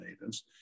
natives